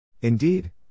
Indeed